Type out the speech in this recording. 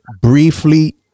briefly